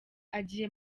agiye